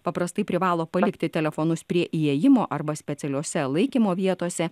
paprastai privalo palikti telefonus prie įėjimo arba specialiose laikymo vietose